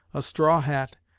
a straw hat,